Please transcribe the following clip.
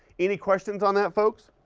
any questions on that, folks?